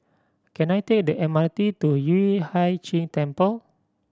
can I take the M R T to Yueh Hai Ching Temple